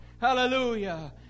Hallelujah